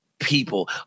people